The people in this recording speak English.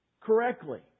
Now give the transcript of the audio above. correctly